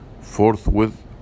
Forthwith